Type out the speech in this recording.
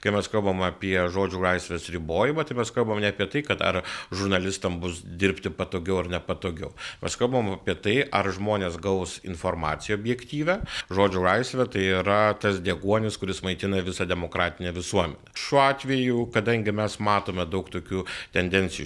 kai mes kalbam apie žodžio laisvės ribojimą tai mes kalbam ne apie tai kad ar žurnalistam bus dirbti patogiau ar nepatogiau mes kalbam apie tai ar žmonės gaus informaciją objektyvią žodžio laisvė tai yra tas deguonis kuris maitina visą demokratinę visuomenę šiuo atveju kadangi mes matome daug tokių tendencijų